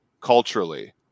culturally